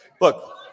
Look